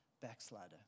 backslider